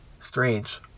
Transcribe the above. Strange